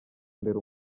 imbere